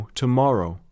tomorrow